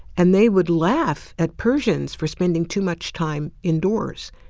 and they would laugh at persians for spending too much time indoors,